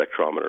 Spectrometer